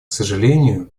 сожалению